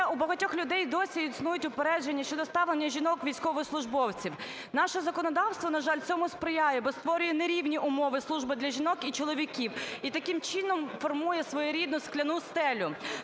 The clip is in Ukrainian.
у багатьох людей досі існують упередження щодо ставлення жінок військовослужбовців. Наше законодавство, на жаль, цьому сприяє, бо створює нерівні умови служби для жінок і чоловіків і, таким чином, формує своєрідну скляну стелю.